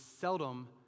seldom